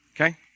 Okay